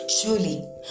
Surely